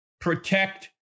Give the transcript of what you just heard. protect